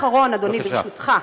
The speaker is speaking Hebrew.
משפט אחרון, אדוני, ברשותך.